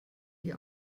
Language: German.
die